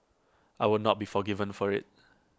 I would not be forgiven for IT